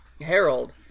Harold